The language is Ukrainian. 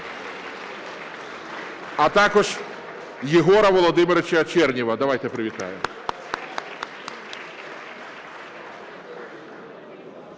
а також у Єгора Володимировича Чернєва, давайте привітаємо.